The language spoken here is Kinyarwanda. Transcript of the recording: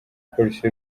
polisi